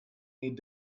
need